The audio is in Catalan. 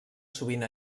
sovint